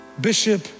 Bishop